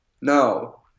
No